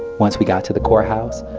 once we got to the courthouse,